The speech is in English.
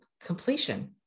completion